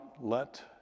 let